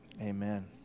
amen